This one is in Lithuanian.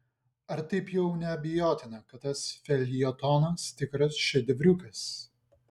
ar taip jau neabejotina kad tas feljetonas tikras šedevriukas